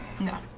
No